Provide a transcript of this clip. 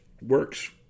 works